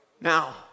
Now